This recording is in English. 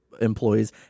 employees